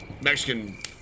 Mexican